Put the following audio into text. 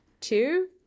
two